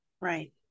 Right